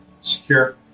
secure